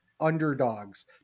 underdogs